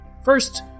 First